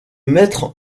maître